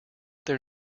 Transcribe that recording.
their